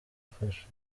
afasha